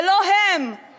ולא הם,